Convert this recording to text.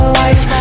life